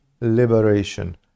liberation